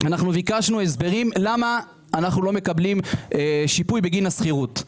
אנחנו ביקשנו הסברים למה אנחנו לא מקבלים שיפוי בגין השכירות.